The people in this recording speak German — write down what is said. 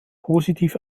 positiv